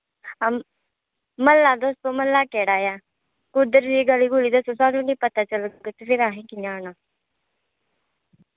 म्हल्ला दस्सो म्हल्ला केह्ड़ा ऐ कुद्धर जेही गली गुली दस्सो स्हानू निं पता चलग ते फिर असें कियां आना ऐ